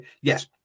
yes